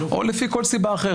או לפי כל סיבה אחרת.